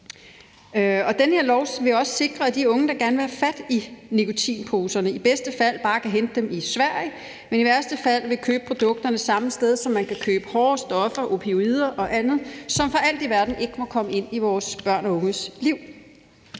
den her lov vil også sikre, at de unge, der gerne vil have fat i nikotinposerne, i bedste fald bare kan hente dem i Sverige, men i værste fald vil kunne købe produkterne det samme sted, som man kan købe hårde stoffer, opioider og andet, som for alt i verden ikke må komme ind i vores børn og unges liv.